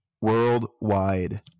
worldwide